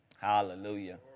Hallelujah